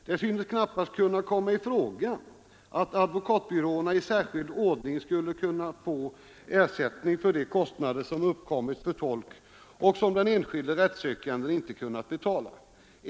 Det synes knappast kunna komma i fråga att advokatbyråerna i särskild ordning skulle kunna få ersättning för de kostnader som uppkommit för tolk och som den enskilde rättssökanden inte kunnat betala.